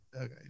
Okay